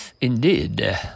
Indeed